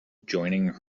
joining